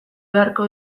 beharko